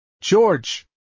George